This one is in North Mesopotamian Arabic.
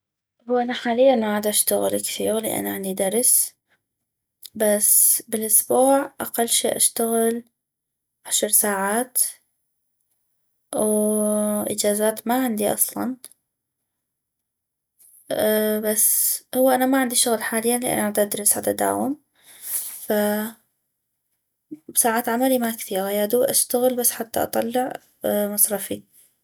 هو انا حاليا ما عدشغل كثيغ لان عندي درس بس بالاسبوع اقل شي اشتغل عشر ساعات واجازات ما عندي اصلا بس هو انا ما عندي شغل حاليا لان عددرس عدداوم فساعات عملي ما كثيغا يادوب اشتغل بس حتى اطلع مصرفي